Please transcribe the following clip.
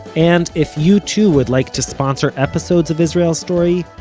and, if you too would like to sponsor episodes of israel story,